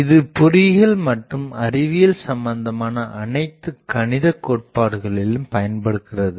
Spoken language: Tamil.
இது பொறியியல் மற்றும் அறிவியல் சம்பந்தமான அனைத்து கணித கோட்பாடுகளிலும் பயன்படுகிறது